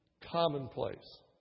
commonplace